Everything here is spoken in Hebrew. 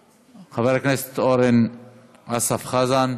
בר, חבר הכנסת אורן אסף חזן.